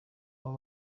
abo